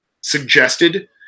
suggested –